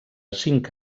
cinc